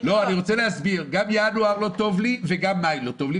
גם ינואר לא טוב לי וגם מאי לא טוב לי,